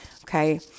Okay